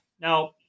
Now